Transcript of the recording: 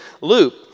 loop